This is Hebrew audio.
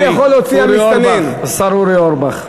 אדוני, אורי אורבך, השר אורי אורבך.